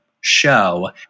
show